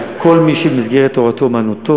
ואומר, כל מי שבמסגרת תורתו-אומנותו